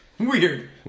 Weird